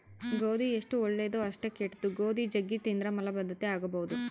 ಗೋಧಿ ಎಷ್ಟು ಒಳ್ಳೆದೊ ಅಷ್ಟೇ ಕೆಟ್ದು, ಗೋಧಿ ಜಗ್ಗಿ ತಿಂದ್ರ ಮಲಬದ್ಧತೆ ಆಗಬೊದು